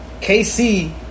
KC